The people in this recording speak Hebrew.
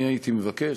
אני הייתי מבקש,